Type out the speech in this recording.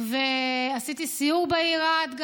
עשיתי גם סיור בעיר רהט.